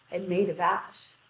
and made of ash.